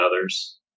others